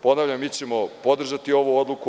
Ponavljam, mi ćemo podržati ovu odluku.